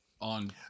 on